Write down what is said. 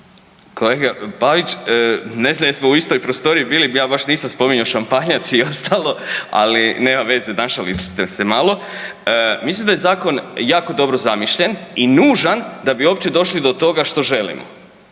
Kolega Pavić, ne znam jesmo u istoj prostoriji bili, ja baš nisam spominjao šampanjac i ostalo, ali nema veze, našalili ste se malo. Mislim da je zakon jako dobro zamišljen i nužan da bi uopće došli do toga što želimo